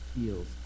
feels